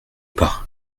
pas